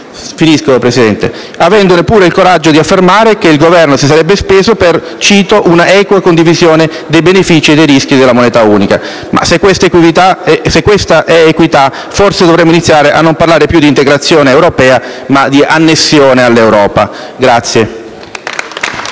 cristalleria, avendo pure il coraggio di affermare che il Governo si sarebbe speso - cito testualmente - per «un'equa condivisione dei benefici e dei rischi della moneta unica». Se questa è equità forse dovremmo iniziare a non parlare più di integrazione europea, ma di annessione all'Europa.